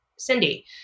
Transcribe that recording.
Cindy